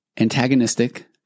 antagonistic